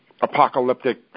apocalyptic